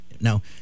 Now